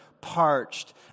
parched